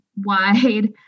wide